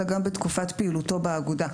אלא גם בתקופת פעילותו באגודה,